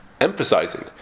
emphasizing